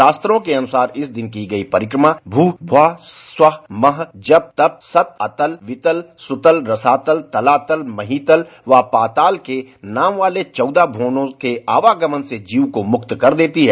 शास्त्रों के अनुसार इस दिन की गई परिक्रमा भूरू मुवरू स्वरू मह जप तप सत अतल वितल सुतल रसातल तलातल महीतल व पाताल के नाम वाले चौदह भुवनों के आवागमन से जीव को मुक्त कर देती है